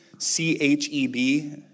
C-H-E-B